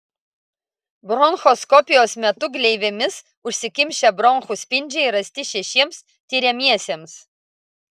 bronchoskopijos metu gleivėmis užsikimšę bronchų spindžiai rasti šešiems tiriamiesiems